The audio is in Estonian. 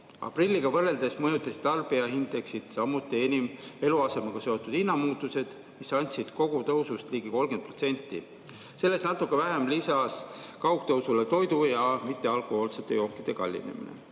Aprilliga võrreldes mõjutasid tarbijaindeksit samuti enim eluasemega seotud hinnamuutused, mis andsid kogutõusust ligi 30%. Sellest natuke vähem lisas kogutõusule toidu ja mittealkohoolsete jookide kallinemine.